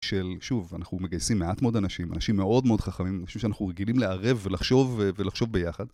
של, שוב, אנחנו מגייסים מעט מאוד אנשים, אנשים מאוד מאוד חכמים, אנשים שאנחנו רגילים לערב ולחשוב ולחשוב ביחד.